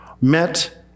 met